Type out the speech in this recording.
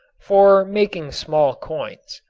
for making small coins.